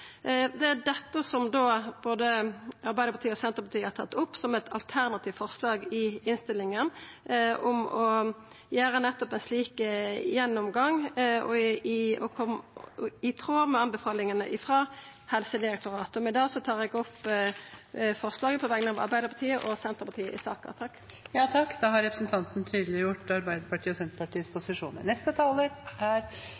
Det er dette som både Arbeidarpartiet, Senterpartiet og SV har tatt opp som eit alternativt forlag i innstillinga, om å gjera nettopp ein slik gjennomgang i tråd med anbefalingane frå Helsedirektoratet. Med det tar eg opp forslaget på vegner av Arbeidarpartiet, Senterpartiet og SV i saka. Da har representanten Kjersti Toppe tatt opp det